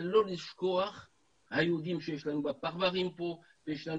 אבל לא לשכוח את היהודים שיש לנו בפרברים פה ויש לנו